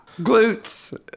glutes